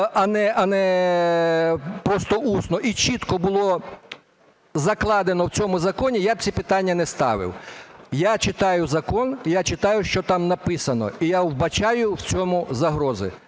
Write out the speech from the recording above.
а не просто усно, і чітко було закладено в цьому законі, я б ці питання не ставив. Я читаю закон, я читаю, що там написано, і я вбачаю в цьому загрози.